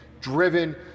driven